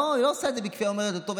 היא לא עושה את זה בכפייה ואומרת: טוב,